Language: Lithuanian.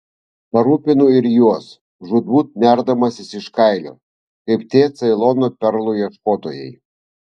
parūpinu ir juos žūtbūt nerdamasis iš kailio kaip tie ceilono perlų ieškotojai